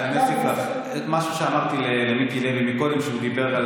אני אוסיף ואגיד לך משהו שאמרתי קודם למיקי לוי כשהוא דיבר על